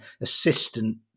assistant